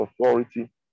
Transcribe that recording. authority